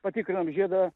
patikrinam žiedą